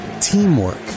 teamwork